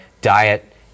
diet